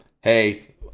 Hey